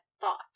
thought